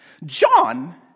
John